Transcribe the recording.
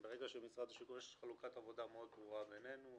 יש חלוקת עבודה מאוד ברורה בינינו.